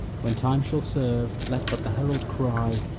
when time shall serve, let but the herald cry,